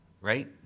right